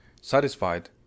satisfied